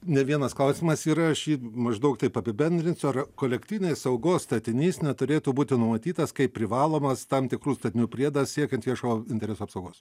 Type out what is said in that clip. ne vienas klausimas yra aš jį maždaug taip apibendrinsiu ar kolektyvinės saugos statinys neturėtų būti numatytas kaip privalomas tam tikrų statinių priedas siekiant viešo intereso apsaugos